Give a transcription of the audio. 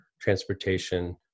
transportation